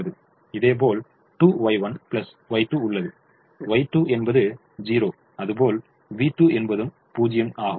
இதேபோல் 2Y1 Y2 உள்ளது Y3 என்பது 0 அதுபோல் v2 என்பதும் பூஜ்ஜியம் ஆகும்